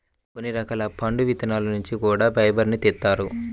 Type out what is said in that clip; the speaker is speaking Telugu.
కొన్ని రకాల పండు విత్తనాల నుంచి కూడా ఫైబర్ను తీత్తారు